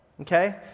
okay